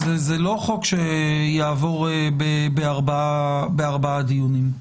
זה לא חוק שיעבור בארבעה דיונים,